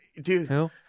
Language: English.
dude